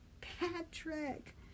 Patrick